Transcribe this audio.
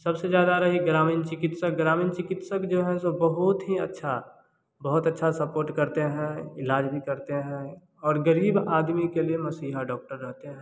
सबसे ज़्यादा रही ग्रामीण चिकित्सक ग्रामीण चिकित्सक जो हैं सो बहुत ही अच्छा बहुत अच्छा सपोर्ट है करते हैं ईलाज भी करते हैं और गरीब आदमी के लिए मसीहा डॉक्टर रहते हैं